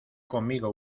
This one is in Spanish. conmigo